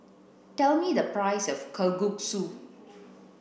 tell me the price of Kalguksu